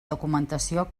documentació